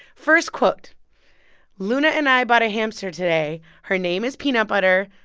first quote luna and i bought a hamster today. her name is peanut butter.